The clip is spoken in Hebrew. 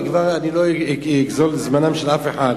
אני כבר, אני לא אגזול את זמנו של אף אחד.